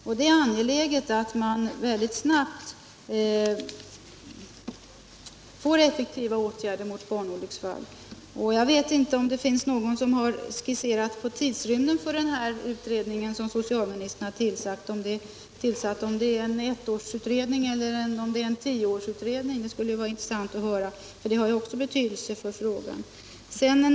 Och det är angeläget att vi mycket snabbt vidtar effektiva åtgärder mot barnolycksfallen. Jag vet inte om någon har gjort beräkningar av tidsåtgången för den utredning som socialministern skall tillsätta. Skall det bli en ettårsutredning eller en tioårsutredning? Det skulle vara intressant att höra, eftersom också det har betydelse för denna fråga.